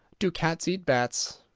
do cats eat bats?